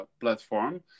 platform